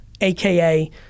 AKA